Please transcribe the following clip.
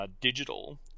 digital